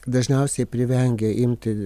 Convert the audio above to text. dažniausiai privengia imti